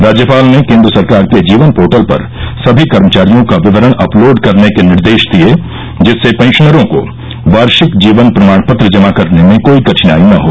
राज्यपाल ने केन्द्र सरकार के जीवन पोर्टल पर सभी कर्मचारियों का विवरण अपलोड करने के निर्देश दिये जिससे पेन्शनरों को वार्षिक जीवन प्रमाण पत्र जमा करने में कोई कठिनाई न हो